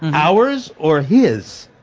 ours or his?